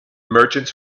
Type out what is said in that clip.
merchants